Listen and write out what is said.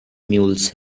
mules